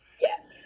Yes